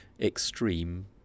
Extreme